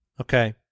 Okay